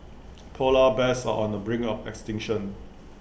Polar Bears are on the brink of extinction